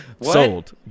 sold